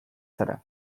zara